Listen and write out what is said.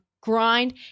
grind